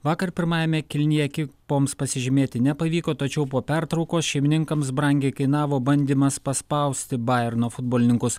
vakar pirmajame kėlinyje ekipoms pasižymėti nepavyko tačiau po pertraukos šeimininkams brangiai kainavo bandymas paspausti bajerno futbolininkus